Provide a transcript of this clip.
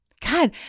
God